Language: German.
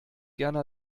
gerne